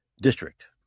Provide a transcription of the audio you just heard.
district